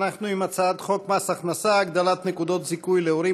אנחנו בהצעת חוק מס הכנסה (הגדלת נקודות זיכוי להורים,